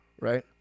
right